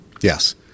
Yes